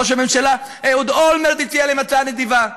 ראש הממשלה אהוד אולמרט הציע להם הצעה נדיבה,